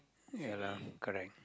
ya lah correct